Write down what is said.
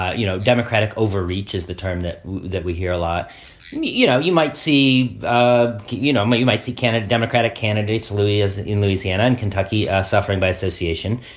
ah you know, democratic overreach is the term that that we hear a lot you know, you might see ah you know, you might see candidate democratic candidates, louis, as in louisiana and kentucky, suffering by association.